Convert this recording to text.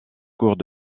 cours